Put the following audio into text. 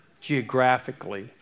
geographically